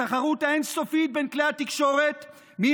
התחרות האין-סופית בין כלי התקשורת מי